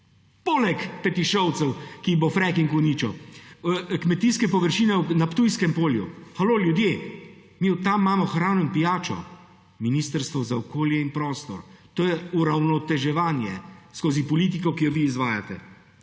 poleg Petišovcev, ki jih bo fracking uničil. Kmetijske površine na Ptujskem polju. Halo, ljudje, mi od tam imamo hrano in pijačo! Ministrstvo za okolje in prostor, to je uravnoteževanje skozi politiko, ki jo vi izvajate.